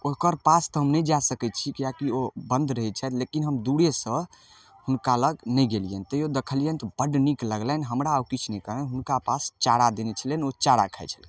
ओकर पास तऽ हम नहि जा सकै छियै किएककि ओ बन्द रहै छथि लेकिन हम दूरेुसँ हुनका लग नहि गेलियनि तहियो देखलियनि तऽ बड नीक लगलनि हमरा ओ किछु नहि कहलनि हुनका पास चारा देने रहनि ओ चारा खाइ छलखिन